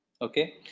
Okay